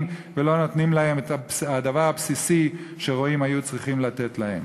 ולא נותנים להם את הדבר הבסיסי שרועים היו צריכים לתת להם.